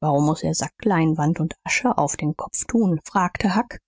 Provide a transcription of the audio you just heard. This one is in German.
warum muß er sackleinwand und asche auf den kopf tun fragte huck